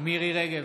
מירי מרים רגב,